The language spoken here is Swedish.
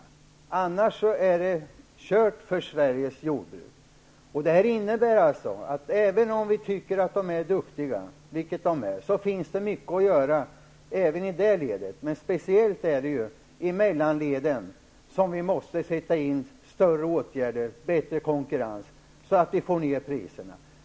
Annars är det kört för Sveriges jordbruk. Detta innebär att även om vi tycker att jordbrukarna är duktiga, vilket de är, finns det mycket att göra även i det ledet. Men speciellt är det i mellanleden som vi måste sätta in kraftigare åtgärder och bättre konkurrens så att vi får ner priserna.